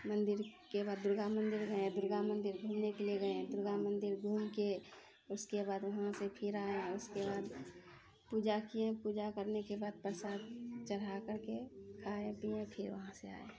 मन्दिर के बाद दुर्गा मन्दिर गए दुर्गा मन्दिर घूमने के लिए गए दुर्गा मन्दिर घूमके उसके बाद वहाँ से फिर आए उसके बाद पूजा किए पूजा करने के बाद प्रसाद चढ़ा करके खाए पिए फिर वहाँ से आए